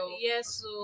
Yes